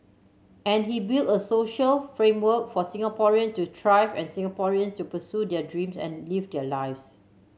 and he build a social framework for Singaporean to thrive and Singaporeans to pursue their dreams and live their lives